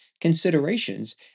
considerations